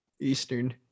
Eastern